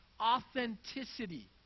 authenticity